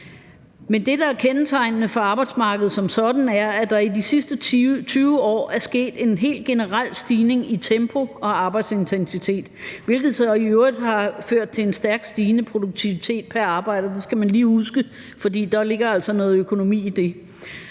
Men det, der er kendetegnende for arbejdsmarkedet som sådan, er, at der i de seneste 20 år er sket en helt generel stigning i tempo og arbejdsintensitet, hvilket så i øvrigt har ført til en stærkt stigende produktivitet pr. arbejder; det skal man lige huske, for der ligger altså noget økonomi i det.